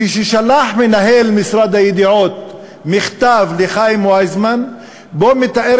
כשמנהל משרד הידיעות שלח לחיים ויצמן מכתב שבו הוא מתאר